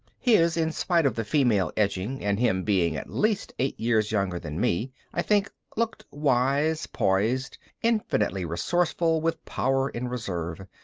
his, in spite of the female edging and him being at least eight years younger than me, i think, looked wise, poised, infinitely resourceful with power in reserve,